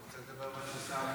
אני רוצה לדבר מול השר.